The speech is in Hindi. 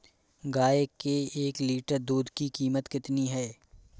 गाय के एक लीटर दूध की कीमत कितनी है?